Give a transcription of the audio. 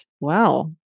Wow